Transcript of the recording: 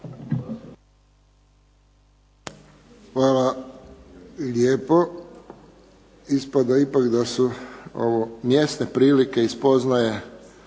Hvala lijepo. Ispada ipak da su ovo mjesne prilike i spoznaje